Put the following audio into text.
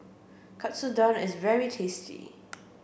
Katsudon is very tasty